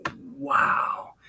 Wow